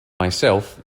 myself